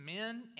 men